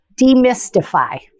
demystify